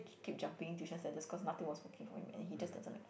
keep jumping tuition centers cause nothing was working for him and he just doesn't like